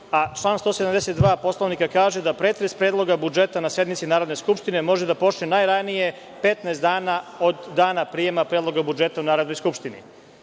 a član 172. Poslovnika kaže da pretres Predloga budžeta na sednici Narodne skupštine može da počne najranije 15 dana od dana prijema Predloga budžeta u Narodnoj skupštini. Mislim